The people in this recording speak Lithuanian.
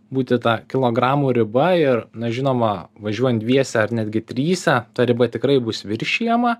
būti ta kilogramų riba ir na žinoma važiuojant dviese ar netgi tryse ta riba tikrai bus viršijama